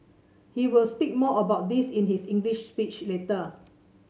he will speak more about this in his English speech later